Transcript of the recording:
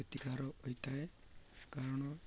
ପ୍ରତିକାର ହୋଇଥାଏ କାରଣ